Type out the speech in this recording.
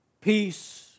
peace